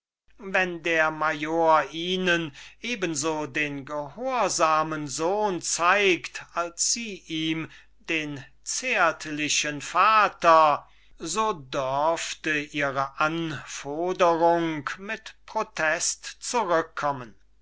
wenn der major ihnen eben so den gehorsamen sohn zeigt als sie ihm den zärtlichen vater so dürfte ihre anforderung mit protest zurückkommen